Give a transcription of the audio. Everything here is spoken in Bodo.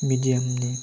मिडियामनि